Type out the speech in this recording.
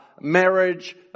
marriage